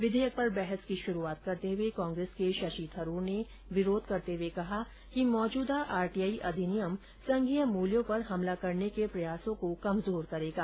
विधेयक पर बहस की शुरुआत करते हुए कांग्रेस के शशि थरूर ने विधेयक का विरोध करते हुए कहा कि मौजूदा आरटीआई अधिनियम संघीय मूल्यों पर हमला करने के प्रयासों को कमजोर करेगा